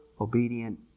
obedient